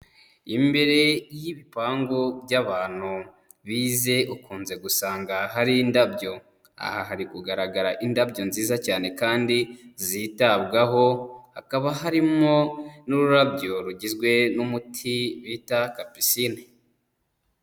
Imbere y'ibipangu by'abantu bize ukunze gusanga hari indabyo, aha hari kugaragara indabyo nziza cyane kandi zitabwaho, hakaba harimo n'ururabyo rugizwe n'umuti bita kapisine.